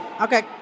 okay